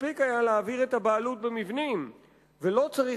מספיק היה להעביר את הבעלות במבנים ולא צריך